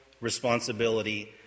responsibility